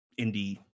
indie